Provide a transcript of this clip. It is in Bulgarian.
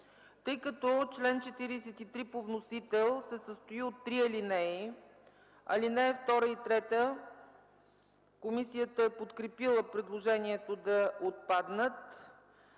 е прието. Член 43 по вносител се състои от три алинеи, комисията е подкрепила предложението да отпаднат